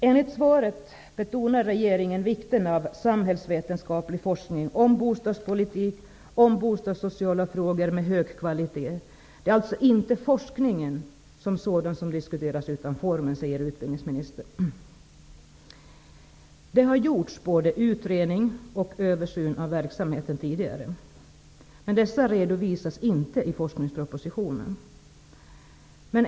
Enligt svaret betonar regeringen vikten av samhällsvetenskaplig forskning om bostadspolitik och om bostadssociala frågor med hög kvalitet. Det är alltså inte forskningen som sådan som diskuteras utan det är formerna, säger utbildningsministern. Det har tidigare gjorts både utredning och översyn av verksamheten, men dessa redovisas inte i forskningspropositionen.